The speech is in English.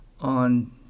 on